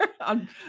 On